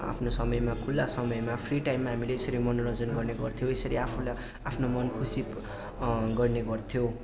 आफ्नो समयमा खुल्ला समयमा फ्री टाइममा हामीले यसरी मनोरञ्जन गर्ने गर्थ्यौँ यसरी आफूलाई आफ्नो मन खुसी गर्ने गर्थ्यौँ